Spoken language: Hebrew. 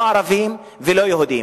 לא ערביים ולא יהודיים,